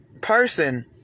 person